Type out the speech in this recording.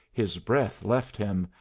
his breath left him,